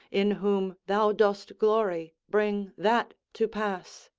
in whom thou dost glory, bring that to pass.